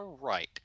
right